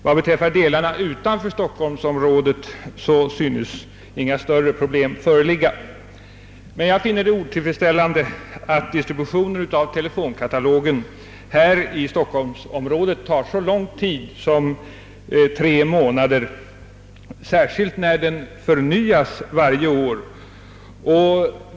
Vad beträffar delarna utanför stockholmsområdet synes inga större problem föreligga. Jag finner det däremot otillfredsställande att distributionen av telefonkatalogen här i stockholmsområdet tar så lång tid som tre månader, speciellt som den förnyas varje år.